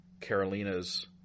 Carolina's